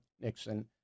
Nixon